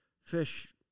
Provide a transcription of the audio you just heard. fish